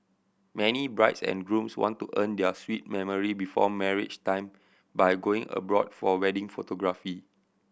many brides and grooms want to earn their sweet memory before marriage time by going abroad for wedding photography